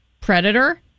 Predator